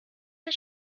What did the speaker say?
his